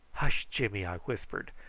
hush, jimmy! i whispered,